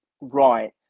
right